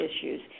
issues